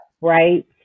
right